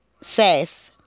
says